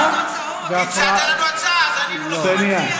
הוא מציע לנו הצעות, זה הפרעה,